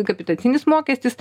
kapitacinis mokestis